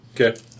Okay